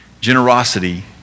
generosity